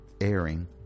airing